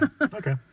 okay